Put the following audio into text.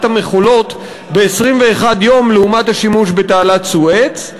המכולות ב-21 יום לעומת השימוש בתעלת סואץ,